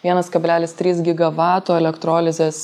vienas kablelis trys gigavatų elektrolizės